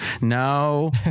No